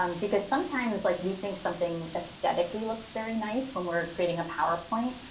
um because sometimes like we think something esthetically looks very nice when we're creating a powerpoint.